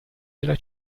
della